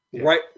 Right